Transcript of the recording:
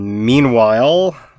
Meanwhile